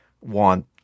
want